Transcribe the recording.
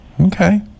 okay